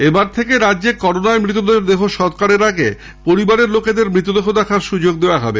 এবার থেকে রাজ্যে করনায় মৃতদের দেহসৎকারের আগে পরিবারের লোকেদের মৃতদেহ দেখার সুযোগ দেওয়া হবে